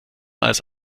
als